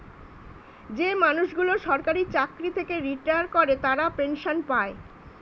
যে মানুষগুলো সরকারি চাকরি থেকে রিটায়ার করে তারা পেনসন পায়